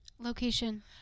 location